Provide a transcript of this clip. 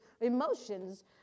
emotions